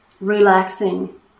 relaxing